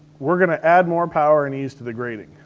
we're gonna add more power and ease to the grading.